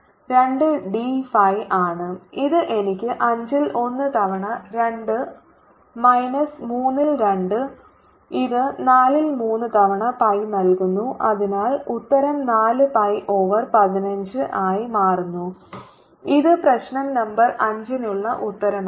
dS01r4dr 11θdcos θ02πϕdϕ15 111 X2dX02π1 2dϕ1543×π4π15 ഇത് എനിക്ക് അഞ്ചിൽ ഒന്ന് തവണ 2 മൈനസ് മൂന്നിൽ രണ്ട് ഇത് നാലിൽ മൂന്ന് തവണ പൈ നൽകുന്നു അതിനാൽ ഉത്തരം 4 pi ഓവർ 15 ആയി മാറുന്നു ഇത് പ്രശ്നo നമ്പർ 5 നുള്ള ഉത്തരമാണ്